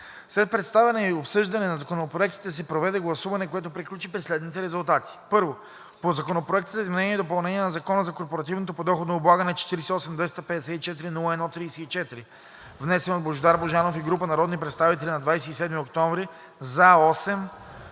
След представяне и обсъждане на законопроектите се проведе гласуване, което приключи при следните резултати: 1. По Законопроекта за изменение и допълнение на Закона за корпоративното подоходно облагане, № 48-254-01-34, внесен от Божидар Божанов и група народни представители на 27 октомври 2022 г.: